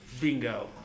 Bingo